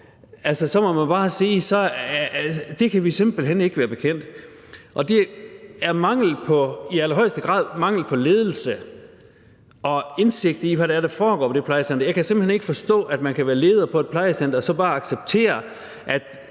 det kan vi simpelt hen ikke være bekendt. Det er i allerhøjeste grad mangel på ledelse og indsigt i, hvad det er, der foregår på det plejecenter. Jeg kan simpelt ikke forstå, at man kan være leder på et plejecenter og så bare acceptere,